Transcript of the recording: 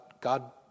God